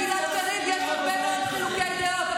לי ולגלעד קריב יש הרבה מאוד חילוקי דעות,